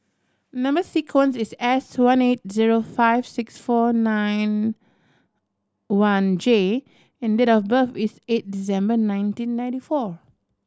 number sequence is S one eight zero five six four nine one J and date of birth is eight December nineteen ninety four